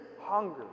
hunger